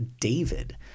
David